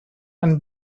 and